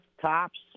tops